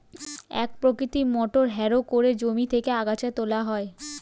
এক প্রকৃতির motor harrow করে জমি থেকে আগাছা তোলা হয়